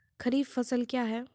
खरीफ फसल क्या हैं?